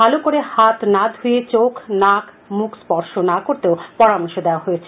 ভালো করে হাত না ধুয়ে চোখ নাক মুখ স্পর্শ না করতেও পরামর্শ দেওয়া হয়েছে